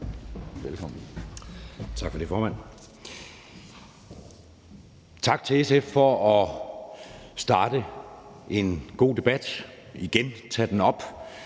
Søe (M): Tak for det, formand. Tak til SF for at starte en god debat og tage den op